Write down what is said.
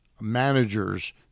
managers